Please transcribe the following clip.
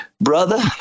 brother